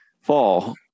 fall